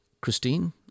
Christine